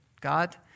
God